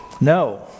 No